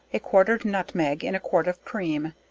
a quartered nutmeg in a quart of cream,